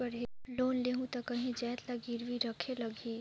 Loan लेहूं ता काहीं जाएत ला गिरवी रखेक लगही?